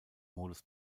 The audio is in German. modus